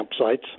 campsites